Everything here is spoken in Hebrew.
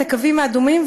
את הקווים האדומים,